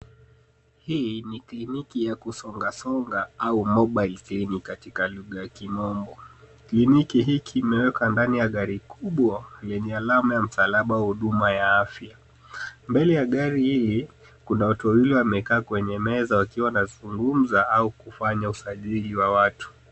Hii ni kliniki ya kusongasonga au Mobile Clinic katika lugha ya kimombo . Kliniki hiki kimewekwa ndani ya gari kubwa lenye alama ya msalaba ya huduma ya afya. Mbele ya gari hii kuna watu wawili wamekaa kwenye meza wakiwa wazungumza au kufanya usajili wa watu.